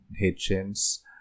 Hitchens